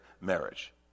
marriage